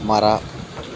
ಮರ